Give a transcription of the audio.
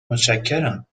متشکرم